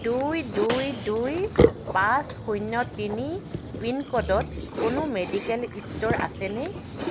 দুই দুই দুই পাঁচ শূন্য তিনি পিনক'ডত কোনো মেডিকেল ষ্ট'ৰ আছেনে